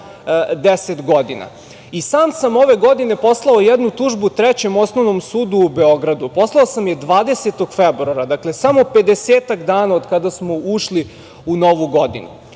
10 godina. I sam sam ove godine poslao jednu tužbu Trećem osnovnom sudu u Beogradu. Poslao sam je 20. februara. Dakle, samo 50-ak dana od kada smo ušli u novu godinu.